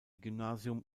gymnasium